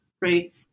Right